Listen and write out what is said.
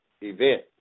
event